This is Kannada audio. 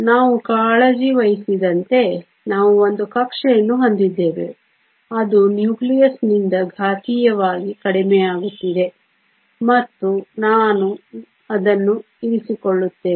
ನಾವು ಕಾಳಜಿವಹಿಸಿದಂತೆ ನಾವು ಒಂದು ಕಕ್ಷೆಯನ್ನು ಹೊಂದಿದ್ದೇವೆ ಅದು ನ್ಯೂಕ್ಲಿಯಸ್ನಿಂದ ಘಾತೀಯವಾಗಿ ಕಡಿಮೆಯಾಗುತ್ತಿದೆ ಮತ್ತು ನಾವು ಅದನ್ನು ಇರಿಸಿಕೊಳ್ಳುತ್ತೇವೆ